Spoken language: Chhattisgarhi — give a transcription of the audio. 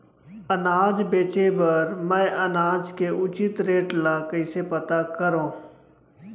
अनाज बेचे बर मैं अनाज के उचित रेट ल कइसे पता करो?